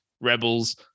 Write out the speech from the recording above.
Rebels